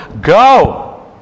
Go